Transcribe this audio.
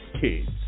kids